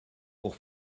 pour